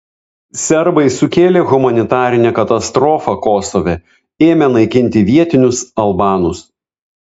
serbai sukėlė humanitarinę katastrofą kosove ėmę naikinti vietinius albanus